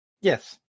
Yes